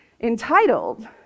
entitled